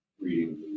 reading